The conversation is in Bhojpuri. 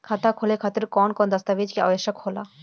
खाता खोले खातिर कौन कौन दस्तावेज के आवश्यक होला?